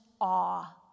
awe